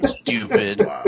Stupid